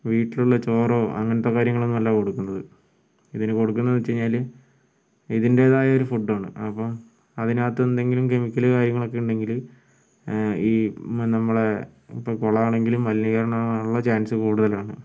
വീട്ടിലുള്ള ചോറോ അങ്ങനത്തെ കാര്യങ്ങളൊന്നും അല്ല കൊടുക്കുന്നത് അതിന് കൊടുക്കുന്നതെന്ന് വച്ചു കയിഞ്ഞാൽ ഇതിൻ്റേതായൊരു ഫുഡാണ് ആപ്പം അതിനകത്ത് എന്തെങ്കിലും കെമിക്കലോ കാര്യങ്ങളൊക്കെ ഉണ്ടെങ്കിൽ ഈ നമ്മളെ ഇപ്പോൾ കുളമാണെങ്കിലും മലിനീകരണമാവാനുള്ള ചാൻസ് കൂടുതലാണ്